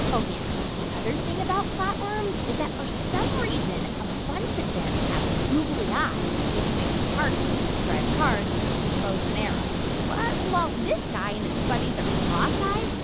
oh, yeah. the other thing about flatworms is that, for some reason, a bunch of them have googly eyes, which makes it hard for them to drive cars, and to shoot bows and arrows what? and while this guy and his buddies are cross-eyed,